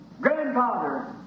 grandfather